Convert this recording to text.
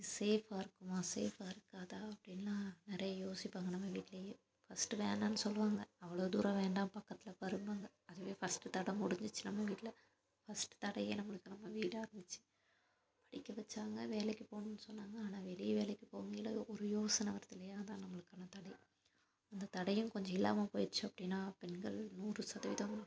சேஃபாக இருக்குமா சேஃபாக இருக்காதா அப்படினெலாம் நிறைய யோசிப்பாங்க நம்ம வீட்டிலேயே ஃபஸ்ட்டு வேணாம்னு சொல்லுவாங்க அவ்வளோ தூரம் வேண்டாம் பக்கத்தில் பாரும்பாங்க அதுவே ஃபஸ்ட்டு தடை முடிஞ்சிச்சு நம்ம வீட்டில் ஃபஸ்ட்டு தடையே நம்மளுக்கு நம்ம வீடாக இருந்துச்சு படிக்க வைச்சாங்க வேலைக்கு போகணுன்னு சொன்னாங்க ஆனால் வெளி வேலைக்கு போகையில் ஒரு யோசனை வருது இல்லையா அதுதான் நம்மளுக்கான தடை இந்த தடையும் கொஞ்சம் இல்லாமல் போயிடுச்சு அப்படின்னால் பெண்கள் நூறு சதவீதம்